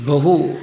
बहु